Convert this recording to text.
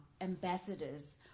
ambassadors